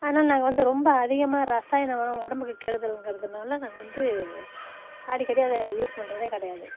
அதனால் நாங்கள் வந்து ரொம்ப அதிகமாக இரசாயனம் உரம் உடம்புக்கு கெடுதலுங்கிறனால் நாங்கள் வந்து அடிக்கடி அதை யூஸ் பண்ணுறதே கிடையாது